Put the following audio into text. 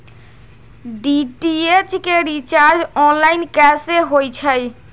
DTH के recharge online कैसे होईछई?